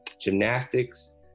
gymnastics